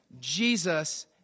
Jesus